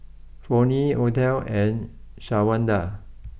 Flonnie Othel and Shawanda